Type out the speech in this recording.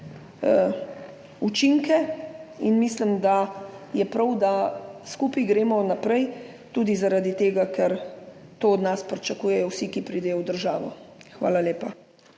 učinke. Mislim, da je prav, da gremo skupaj naprej, tudi zaradi tega ker to od nas pričakujejo vsi, ki pridejo v državo. Hvala lepa.